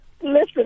Listen